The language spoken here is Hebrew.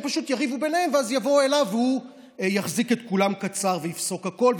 פשוט יריבו ביניהם ואז יבואו אליו והוא יחזיק את כולם קצר ויפסוק הכול.